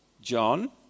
John